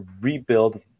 rebuild